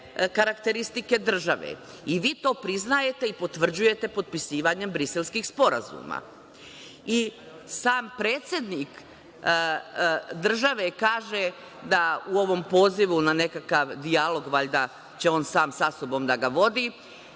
karakteristike države. Vi to priznajete i potvrđujete potpisivanjem Briselskih sporazuma. Sam predsednik države kaže, u ovom pozivu na nekakav dijalog, valjda će on sam sa sobom da ga vodi,